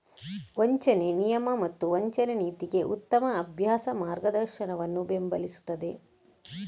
ವಂಚನೆ ನಿಯಮ ಮತ್ತು ವಂಚನೆ ನೀತಿಗೆ ಉತ್ತಮ ಅಭ್ಯಾಸ ಮಾರ್ಗದರ್ಶನವನ್ನು ಬೆಂಬಲಿಸುತ್ತದೆ